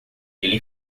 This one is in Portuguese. ele